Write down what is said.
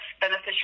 beneficial